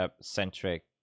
centric